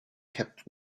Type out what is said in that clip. kept